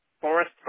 forest